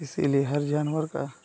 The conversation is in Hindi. इसीलिए हर जानवर का